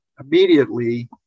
immediately